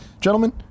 Gentlemen